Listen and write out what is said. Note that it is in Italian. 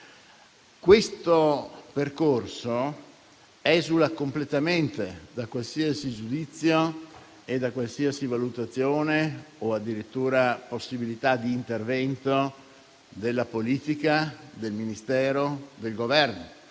Questo percorso esula completamente da qualsiasi giudizio e da qualsiasi valutazione o addirittura possibilità di intervento della politica, del Ministero e del Governo,